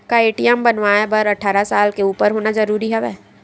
का ए.टी.एम बनवाय बर अट्ठारह साल के उपर होना जरूरी हवय?